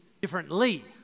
differently